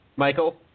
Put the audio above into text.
michael